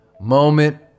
moment